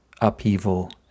upheaval